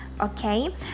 okay